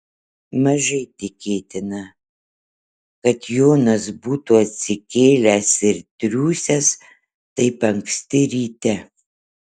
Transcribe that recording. mažai tikėtina kad jonas būtų atsikėlęs ir triūsęs taip anksti ryte